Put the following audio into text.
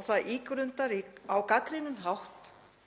og það ígrundar á gagnrýninn hátt